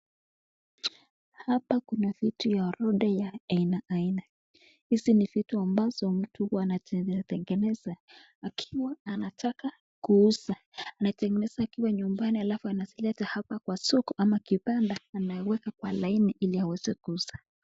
Hapa kuna vitu ya orodha ya aina aina, hizi ni vitu ambazo mtu anazitengeneza akiwa anataka kuuza, anatengeneza akiwa nyumbani halafu anazileta hapa kwa soko ama kibanda anaweka kwa laini ili aweze kuuza.